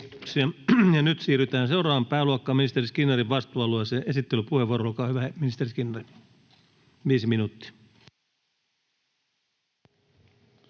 nyt siirrytään seuraavaan pääluokkaan, ministeri Skinnarin vastuualueeseen. — Esittelypuheenvuoro, ministeri Skinnari, viisi minuuttia,